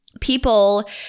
people